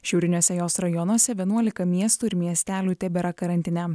šiauriniuose jos rajonuose vienuolika miestų ir miestelių tebėra karantine